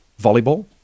volleyball